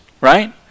right